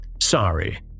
Sorry